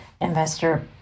investor